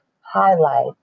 highlight